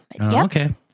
Okay